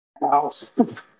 House